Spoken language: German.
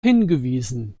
hingewiesen